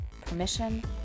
permission